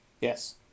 Yes